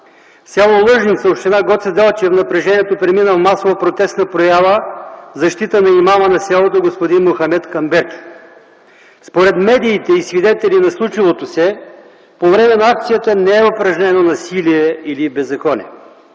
В с. Лъжница, община Гоце Делчев напрежението премина в масово-протестна проява в защита на имама на селото господин Мохамед Камберч. Според медиите и свидетели на случилото се по време на акцията не е упражнено насилие или беззаконие.